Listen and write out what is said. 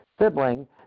sibling